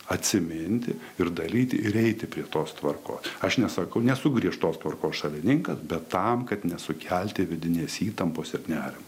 atsiminti ir daryti ir eiti prie tos tvarkos aš nesakau nesu griežtos tvarkos šalininkas bet tam kad nesukelti vidinės įtampos ir nerimo